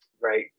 Right